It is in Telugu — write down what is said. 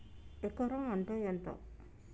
ఎకరం అంటే ఎంత?